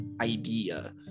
idea